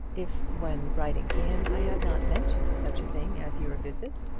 if, when writing to him, i had not mentioned such a thing as your visit?